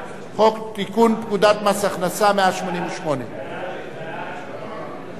זה חוק לתיקון פקודת מס הכנסה (מס' 188). חוק לתיקון פקודת מס הכנסה (מס' 188),